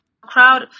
crowd